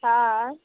हाँ